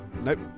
nope